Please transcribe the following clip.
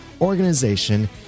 organization